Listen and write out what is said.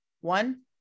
One